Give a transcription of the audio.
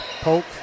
Pope